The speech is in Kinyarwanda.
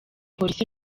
polisi